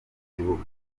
kibuga